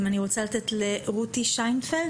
אני רוצה שאנחנו נשמע עכשיו את הגברת רותי שינפלד,